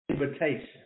Invitation